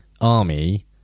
army